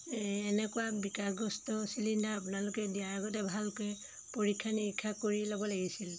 এনেকুৱা বিকাৰগ্ৰস্ত চিলিণ্ডাৰ আপোনালোকে দিয়াৰ আগতে ভালকৈ পৰীক্ষা নিৰীক্ষা কৰি ল'ব লাগিছিল